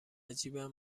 جیبم